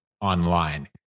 online